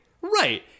Right